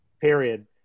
period